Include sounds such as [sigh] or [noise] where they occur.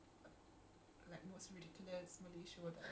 [noise]